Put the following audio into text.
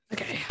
Okay